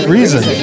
Reason